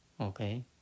okay